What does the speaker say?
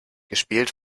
gespielt